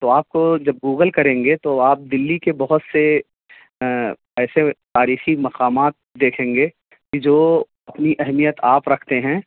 تو آپ کو جب گوگل کریں گے تو آپ دلی کے بہت سے ایسے تاریخی مقامات دیکھیں گے کہ جو اپنی اہمیت آپ رکھتے ہیں